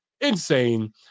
Insane